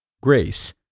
Grace